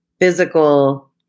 physical